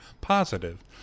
positive